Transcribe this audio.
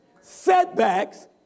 setbacks